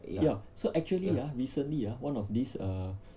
ya so actually ah recently uh one of these err